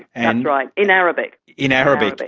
and right. in arabic. in arabic.